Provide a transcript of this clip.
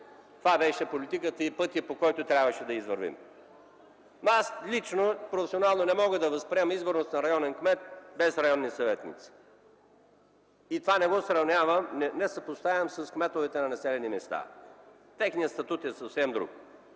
Това беше политиката и пътят, по който трябваше да вървим. Лично аз професионално не мога да възприема изборност на районен кмет без районни съветници и това не го съпоставям с кметовете на населените места. Техният статут е съвсем друг.